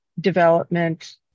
development